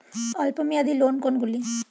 অল্প মেয়াদি লোন কোন কোনগুলি?